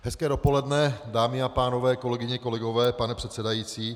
Hezké dopoledne, dámy a pánové, kolegyně, kolegové, pane předsedající.